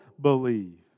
believe